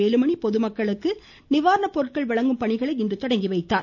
வேலுமணி பொதுமக்களுக்கு நிவாரணப்பொருட்கள் வழங்கும் பணிகளை இன்று தொடங்கி வைத்தார்